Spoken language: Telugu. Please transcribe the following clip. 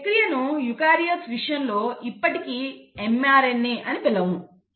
ఈ ప్రక్రియను యూకారియోట్ల విషయంలో ఇప్పటికీ mRNA అని పిలవము